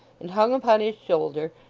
and hung upon his shoulder,